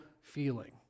feeling